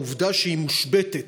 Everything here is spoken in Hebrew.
בעובדה שהיא מושבתת: